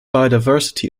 biodiversity